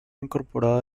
incorporada